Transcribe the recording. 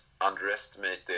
underestimated